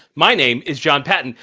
my name is jon patton.